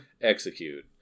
execute